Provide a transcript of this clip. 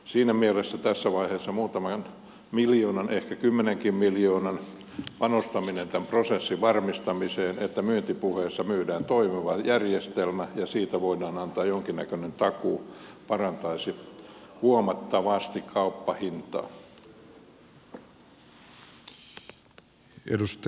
siinä mielessä tässä vaiheessa muutaman miljoonan ehkä kymmenenkin miljoonan panostaminen tämän prosessin varmistamiseen että myyntipuheessa myydään toimiva järjestelmä ja siitä voidaan antaa jonkinnäköinen takuu parantaisi huomattavasti kauppahintaa